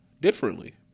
Differently